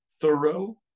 thorough